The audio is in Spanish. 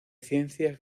ciencias